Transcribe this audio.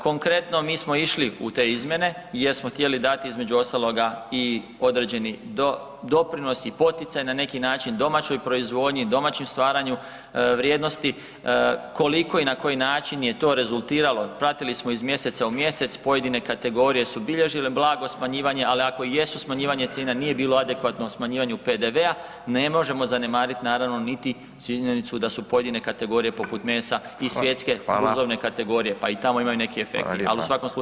Konkretno, mi smo išli u te izmjene jer smo htjeli dati između ostaloga i određeni doprinos i poticaj na neki način domaćoj proizvodnji, domaćem stvaranju vrijednosti, koliko i na koji način je to rezultiralo, pratili smo iz mjeseca u mjesec pojedine kategorije su bilježile blago smanjivanje ali ako i jesu smanjivane cijene, nije bilo adekvatno u smanjivanju PDV-a, ne možemo zanemarit naravno niti činjenicu da su pojedine kategorije poput mesa i svjetske uzgojne kategorije, pa tako imaju neki efekti ali u svakom slučaju, hvala na komentaru.